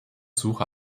suche